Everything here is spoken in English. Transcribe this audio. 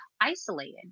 isolated